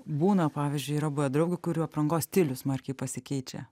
būna pavyzdžiui yra buvę draugių kurių aprangos stilius smarkiai pasikeičia